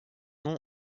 nom